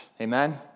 Amen